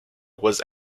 was